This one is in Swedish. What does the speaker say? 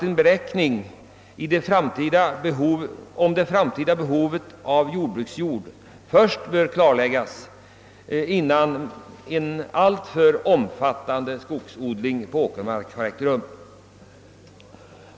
En beräkning av det framtida behovet av åkerjord bör nog göras innan en alltför omfattande skogsodling på åkermark företages.